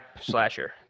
Slasher